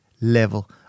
level